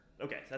Okay